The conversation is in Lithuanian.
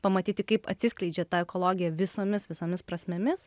pamatyti kaip atsiskleidžia ta ekologija visomis visomis prasmėmis